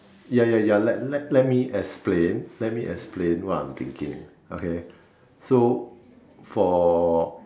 ya ya ya let let let me explain let me explain what I'm thinking okay so for